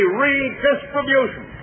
redistribution